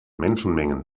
menschenmengen